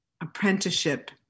apprenticeship